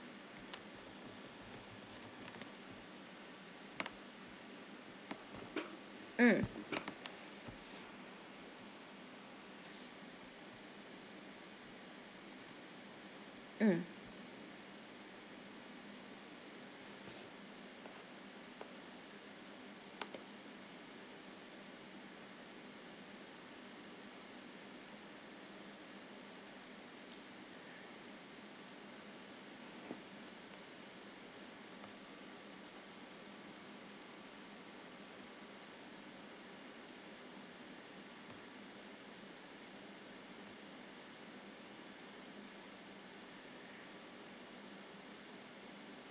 mm mm